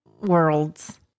worlds